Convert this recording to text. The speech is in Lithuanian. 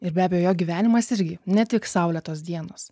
ir be abejo jo gyvenimas irgi ne tik saulėtos dienos